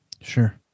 Sure